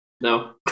no